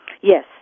Yes